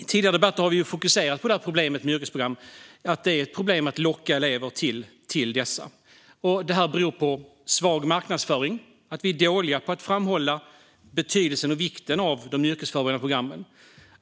I tidigare debatter har vi fokuserat på att det är ett problem att locka elever till dessa. Det beror bland annat på svag marknadsföring; vi är dåliga på att framhålla betydelsen och vikten av de yrkesförberedande programmen.